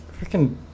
freaking